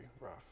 rough